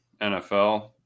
NFL